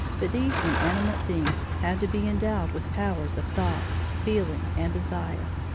but these inanimate things had to be endowed with powers of thought, feeling, and desire.